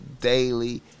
daily